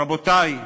רבותי,